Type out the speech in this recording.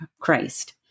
Christ